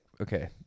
okay